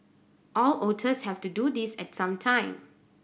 all otters have to do this at some time